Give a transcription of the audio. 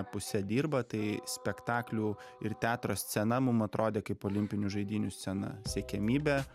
puse dirba tai spektaklių ir teatro scena mum atrodė kaip olimpinių žaidynių scena siekiamybė